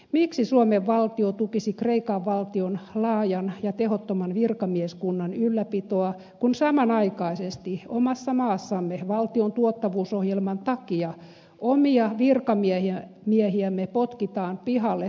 miksi suomen valtio tukisi kreikan valtion laajan ja tehottoman virkamieskunnan ylläpitoa kun samanaikaisesti omassa maassamme valtion tuottavuusohjelman takia omia virkamiehiämme potkitaan pihalle tuhatmäärin